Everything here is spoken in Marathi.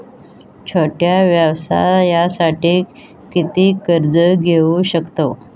छोट्या व्यवसायासाठी किती कर्ज घेऊ शकतव?